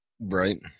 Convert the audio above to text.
right